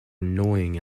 annoying